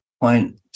point